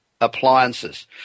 appliances